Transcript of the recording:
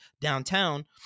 downtown